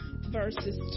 verses